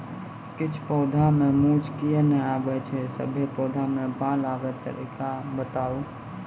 किछ पौधा मे मूँछ किये नै आबै छै, सभे पौधा मे बाल आबे तरीका बताऊ?